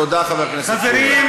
תודה, חבר הכנסת פורר.